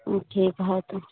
ठीक है तो